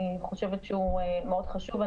אני חושבת שהוא מאוד חשוב.